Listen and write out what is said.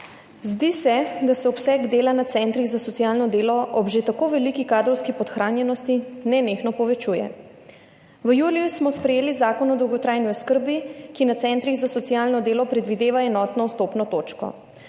Zdi se, da se obseg dela na centrih za socialno delo ob že tako veliki kadrovski podhranjenosti nenehno povečuje. V juliju smo sprejeli Zakon o dolgotrajni oskrbi, ki na centrih za socialno delo predvideva enotno vstopno točko.